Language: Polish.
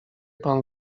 pan